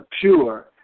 pure